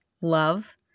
love